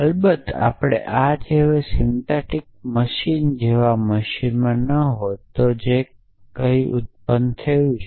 અલબત્ત આપણે આ જેવા સિન્થેટીક મશીન જેવા મશીનમાં ન હોત જે કંઈક એવું ઉત્પન્ન કરે છે